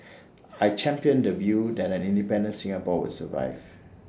I championed the view that an independent Singapore would survive